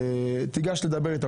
תיגש לדבר איתם.